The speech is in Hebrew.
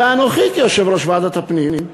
ואנוכי כיושב-ראש ועדת הפנים,